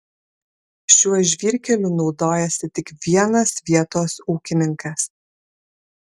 šiuo žvyrkeliu naudojasi tik vienas vietos ūkininkas